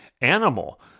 animal